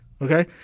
Okay